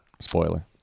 Spoiler